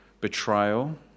betrayal